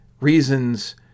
reasons